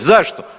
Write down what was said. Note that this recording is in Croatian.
Zašto?